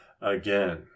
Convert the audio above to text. again